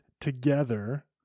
together